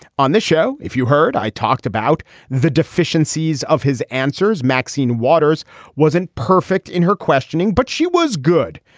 on this show if you heard i talked about the deficiencies of his answers maxine waters wasn't perfect in her questioning but she was good.